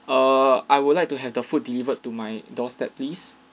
err I would like to have the food delivered to my doorstep please